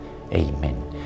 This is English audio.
Amen